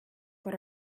but